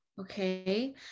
Okay